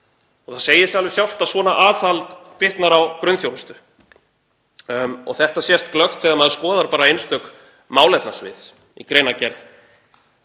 Það segir sig auðvitað sjálft að svona aðhald bitnar á grunnþjónustu. Þetta sést glöggt þegar maður skoðar einstök málefnasvið í greinargerð